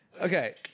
Okay